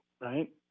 right